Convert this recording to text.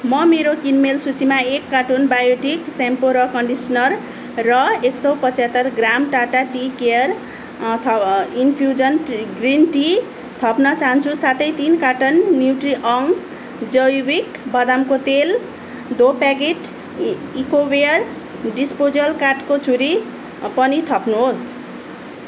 म मेरो किनमेल सूचीमा एक कार्टन बायोटिक स्याम्पो र कन्डिसनर र एक सौ पचहत्तर gram Tata tea care infusion green tea थप्न चाहन्छु साथै तिन कार्टन न्युट्रिअर्ग जैविक बदामको तेल दो प्याकेट इकोवेयर डिस्पोजेबल काठको छुरी पनि थप्नुहोस्